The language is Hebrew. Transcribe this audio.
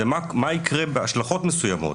לגבי מה יקרה בהשלכות מסוימות.